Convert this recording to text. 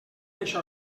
això